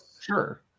Sure